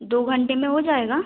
दो घंटे में हो जाएगा